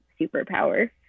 superpower